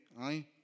aye